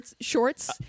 shorts